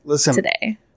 today